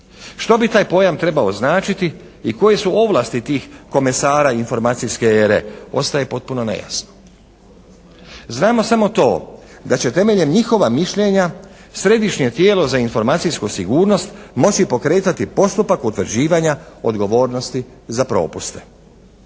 Što bi taj pojam trebao značiti i koje su ovlasti tih komesara informacijske ere ostaje potpuno nejasno. Znamo samo da će temeljem njihova mišljenja središnje tijelo za informacijsku sigurnost moći pokretati postupak utvrđivanja odgovornosti za propuste.